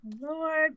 Lord